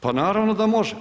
Pa naravno da može.